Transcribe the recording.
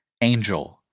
angel